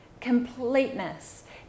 completeness